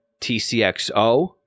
TCXO